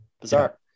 bizarre